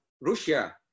Russia